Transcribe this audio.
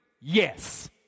Yes